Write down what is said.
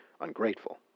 ungrateful